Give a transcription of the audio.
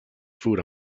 food